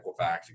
Equifax